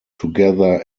together